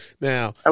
Now